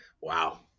Wow